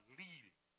leading